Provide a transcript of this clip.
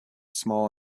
small